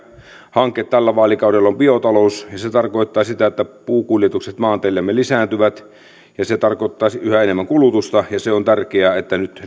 hanke tällä kaudella on biotalous ja se tarkoittaa sitä että puukuljetukset maanteillämme lisääntyvät se tarkoittaa yhä enemmän kulutusta ja on tärkeää että nyt